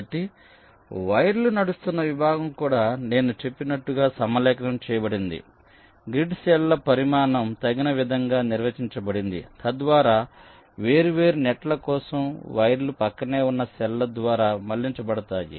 కాబట్టి వైర్లు నడుస్తున్న విభాగం కూడా నేను చెప్పినట్లుగా సమలేఖనం చేయబడింది గ్రిడ్ సెల్ ల పరిమాణం తగిన విధంగా నిర్వచించబడింది తద్వారా వేర్వేరు నెట్ల కోసం వైర్లు ప్రక్కనే ఉన్న సెల్ ల ద్వారా మళ్ళించబడతాయి